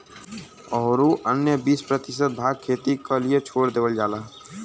औरू अन्य बीस प्रतिशत भाग खेती क लिए छोड़ देवल जाला